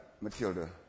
Matilda